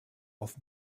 auf